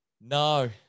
No